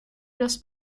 das